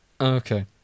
Okay